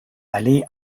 allee